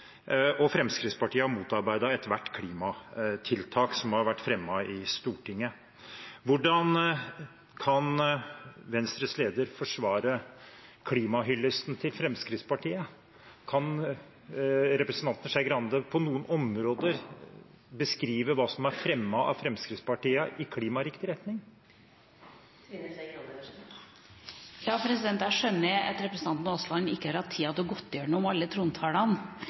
og Fremskrittspartiet har motarbeidet ethvert klimatiltak som har vært fremmet i Stortinget. Hvordan kan Venstres leder forsvare klimahyllesten til Fremskrittspartiet? Kan representanten Skei Grande på noen områder beskrive hva som er fremmet av Fremskrittspartiet i klimariktig retning? Jeg skjønner at representanten Aasland ikke har hatt tid til å gå igjennom alle trontalene,